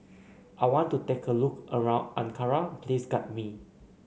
I want to take a look around Ankara Please guide me